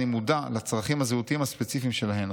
אני מודע לצרכים הזהותיים הספציפיים שלהם.